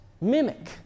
mimic